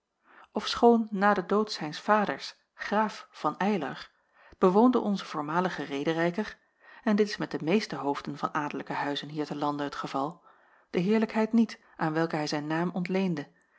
ofschoon na den dood zijns vaders graaf van eylar bewoonde onze voormalige rederijker en dit is met de meeste hoofden van adellijke huizen hier te lande het geval de heerlijkheid niet aan welke hij zijn naam ontleende